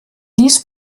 dies